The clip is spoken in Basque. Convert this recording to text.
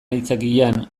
aitzakian